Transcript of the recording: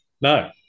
No